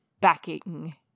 backing